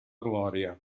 glòria